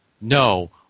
no